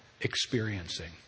experiencing